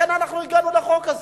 לכן אנחנו הגענו לחוק הזה.